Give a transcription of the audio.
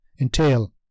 entail